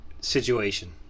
situation